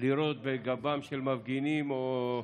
לירות בגבם של מפגינים או,